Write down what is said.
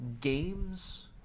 games